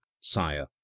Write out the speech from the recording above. sire